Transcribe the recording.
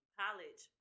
college